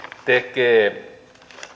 tekee